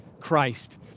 Christ